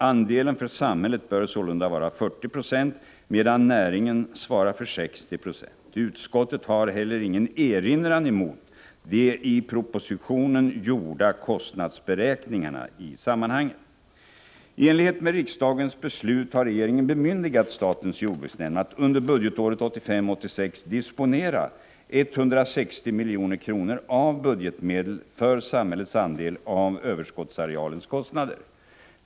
Andelen för samhället bör sålunda vara 40 96 medan näringen svarar för 60 90. Utskottet har heller ingen erinran mot de i propositionen gjorda kostnadsberäkningarna i sammanhanget.” I enlighet med riksdagens beslut har regeringen bemyndigat statens jordbruksnämnd att under budgetåret 1985/86 disponera 160 milj.kr. av budgetmedel för samhällets andel av överskottsarealens kostnader.